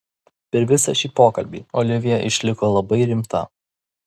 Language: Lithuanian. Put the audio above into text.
per visą šį pokalbį olivija išliko labai rimta